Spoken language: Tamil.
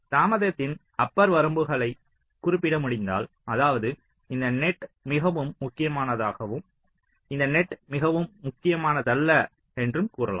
தாமதத்தின் அப்பர் வரம்புகளை குறிப்பிட முடிந்தால் அதாவது இந்த நெட் மிகவும் முக்கியமானதாகும் இந்த நெட் மிகவும் முக்கியமானதல்ல என்று கூறலாம்